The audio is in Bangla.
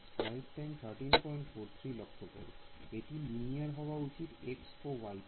এটি লিনিয়ার হওয়া উচিত x ও y তে